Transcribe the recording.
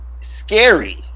scary